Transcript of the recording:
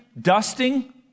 Dusting